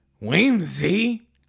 whimsy